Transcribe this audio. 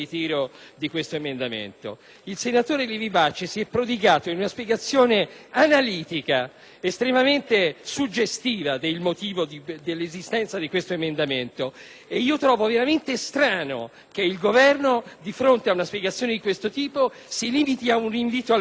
analitica, estremamente suggestiva, dei motivi dell'esistenza di questo emendamento. Trovo veramente strano che il Governo, di fronte ad una spiegazione di questo tipo, si limiti ad un invito al ritiro. Un Governo serio dovrebbe perlomeno motivare la